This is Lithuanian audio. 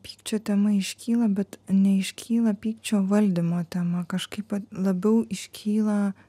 pykčio tema iškyla bet neiškyla pykčio valdymo tema kažkaip labiau iškyla